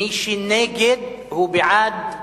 מי שנגד הוא בעד מליאה.